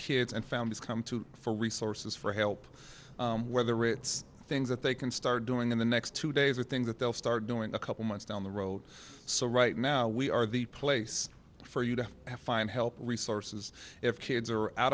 kids and families come to for resources for help whether it's things that they can start doing in the next two days or things that they'll start doing a couple months down the road so right now we are the place for you to have find help resources if kids are out